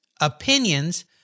opinions